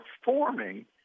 performing